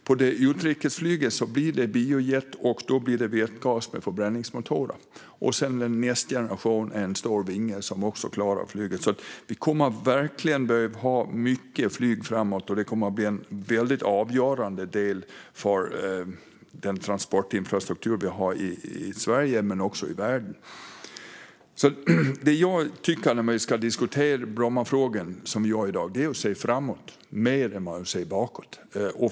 På utrikesflyget blir det biojet, det vill säga vätgas med förbränningsmotorer. För nästa generation utvecklas en stor vinge. Det kommer att bli mycket flyg framöver, och det kommer att bli avgörande för transportinfrastrukturen i Sverige och i världen. När vi diskuterar Brommafrågan ska vi se framåt mer än bakåt.